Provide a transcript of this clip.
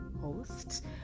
host